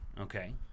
Okay